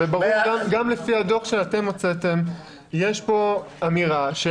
גם לפי הדוח שאתם הוצאתם ברור שיש כאן אמירה.